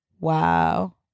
wow